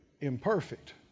imperfect